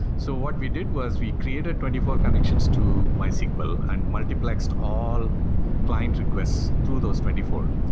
so what we did was we created twenty four connections to mysql and multiplexed all client requests through those twenty four.